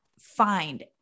find